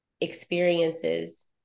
experiences